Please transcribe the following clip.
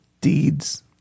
deeds